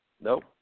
nope